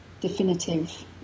definitive